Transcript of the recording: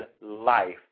life